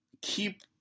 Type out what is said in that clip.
keep